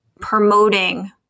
promoting